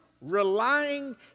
relying